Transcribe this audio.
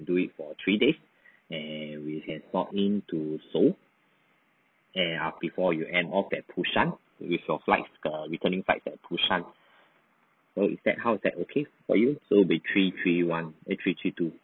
do it for three days and we can walk in to seoul and before you end off at busan with your flight err returning flight at busan so with that how is that okay for you with three three one eh three three two